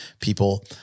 people